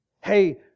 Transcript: Hey